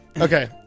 Okay